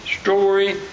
story